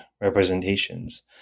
representations